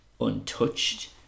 untouched